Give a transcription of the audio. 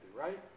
right